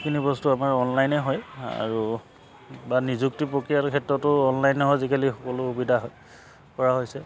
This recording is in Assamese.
সেইখিনি বস্তু আমাৰ অনলাইনে হয় আৰু বা নিযুক্তি প্ৰক্ৰিয়াৰ ক্ষেত্ৰতো অনলাইন আজিকালি সকলো সুবিধা হয় কৰা হৈছে